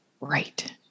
Right